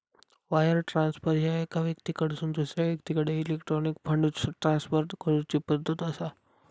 wire transfer ह्या एका व्यक्तीकडसून दुसरा व्यक्तीकडे इलेक्ट्रॉनिक फंड ट्रान्सफर करूची पद्धत असा